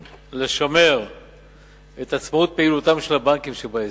לשמר את עצמאות פעילותם של הבנקים שבהסדר,